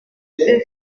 eux